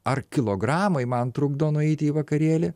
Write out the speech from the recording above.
ar kilogramai man trukdo nueiti į vakarėlį